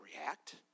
react